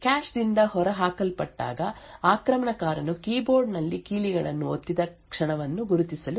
cash ದಿಂದ ಹೊರಹಾಕಲ್ಪಟ್ಟಾಗ ಆಕ್ರಮಣಕಾರನು ಕೀಬೋರ್ಡ್ ನಲ್ಲಿ ಕೀಲಿಗಳನ್ನು ಒತ್ತಿದ ಕ್ಷಣವನ್ನು ಗುರುತಿಸಲು ಸಾಧ್ಯವಾಗುತ್ತದೆ